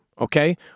okay